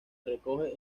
recoge